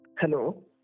Hello